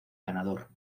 ganador